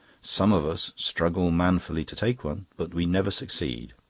some of us struggle manfully to take one, but we never succeed,